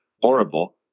horrible